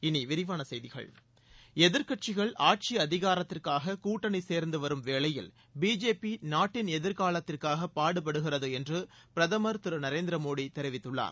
இனி விரிவான செய்திகள் எதிர்கட்சிகள் ஆட்சி அதிகாரத்திற்காக கூட்டனி சேர்ந்து வரும் வேளையில் பிஜேபி நாட்டின் எதிர்காலத்திற்காக பாடுபடுகிறது என்று பிரதமர் திரு நரேந்திர மோடி தெரிவித்துள்ளார்